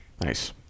Nice